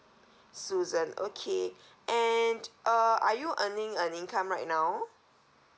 susan okay and uh are you earning an income right now